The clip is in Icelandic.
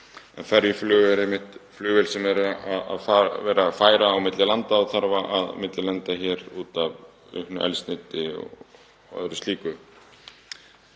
— Ferjuflug er einmitt flugvél sem verið er að færa á milli landa og þarf að millilenda hér út af eldsneyti og öðru slíku.